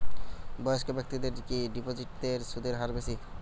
বয়স্ক ব্যেক্তিদের কি ডিপোজিটে সুদের হার বেশি?